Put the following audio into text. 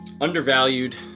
undervalued